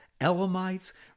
Elamites